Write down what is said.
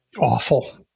awful